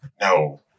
No